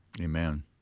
Amen